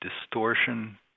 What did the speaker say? distortion